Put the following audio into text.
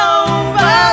over